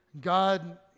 God